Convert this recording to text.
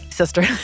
sister